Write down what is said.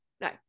No